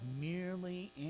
merely